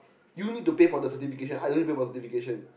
you need to pay for the certification I don't need to pay for the certification